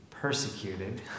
persecuted